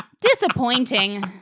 Disappointing